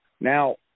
Now